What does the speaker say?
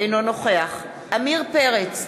אינו נוכח עמיר פרץ,